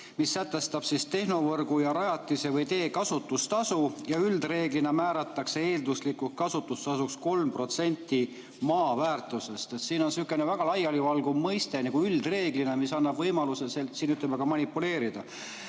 mis sätestab tehnovõrgu ja -rajatise või tee kasutustasu. Üldreeglina määratakse eelduslikult kasutustasuks 3% maa väärtusest. Siin on sihukene väga laialivalguv mõiste nagu "üldreeglina", mis annab võimaluse ka manipuleerida.